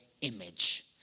image